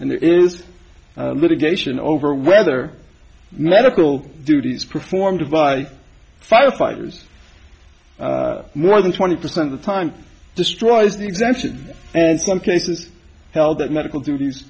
and there is litigation over whether medical duties performed by firefighters more than twenty percent the time destroys the exemption and some cases held that medical duties